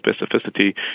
specificity